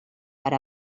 per